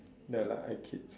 no lah I kid